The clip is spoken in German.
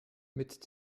mit